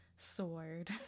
Sword